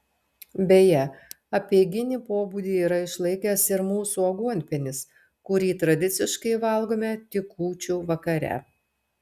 beje apeiginį pobūdį yra išlaikęs ir mūsų aguonpienis kurį tradiciškai valgome tik kūčių vakare